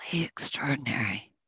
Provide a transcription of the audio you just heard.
extraordinary